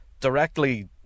directly